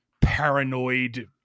paranoid